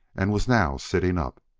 and was now sitting up,